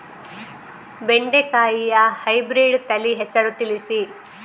ಬೆಂಡೆಕಾಯಿಯ ಹೈಬ್ರಿಡ್ ತಳಿ ಹೆಸರು ತಿಳಿಸಿ?